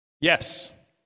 Yes